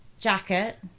jacket